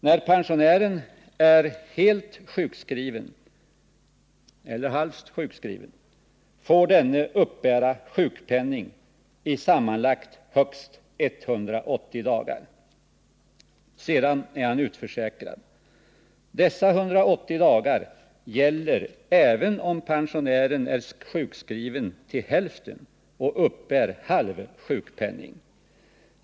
När pensionären är halvt eller helt sjukskriven så får han uppbära sjukpenning i sammanlagt högst 180 dagar. Sedan är han utförsäkrad. Dessa 180 dagar gäller även om pensionären är sjukskriven till hälften och uppbär halv sjukpenning.